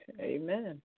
Amen